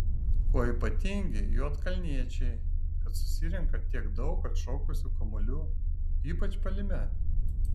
kuo ypatingi juodkalniečiai kad susirenka tiek daug atšokusių kamuolių ypač puolime